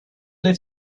leave